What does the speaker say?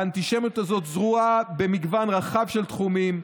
האנטישמיות הזאת זרועה במגוון רחב של תחומים,